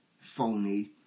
phony